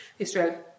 Australia